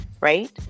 right